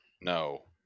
No